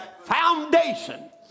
foundation